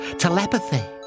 telepathy